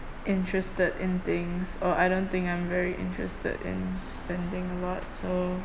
interested in things or I don't think I'm very interested in spending lots of